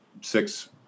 six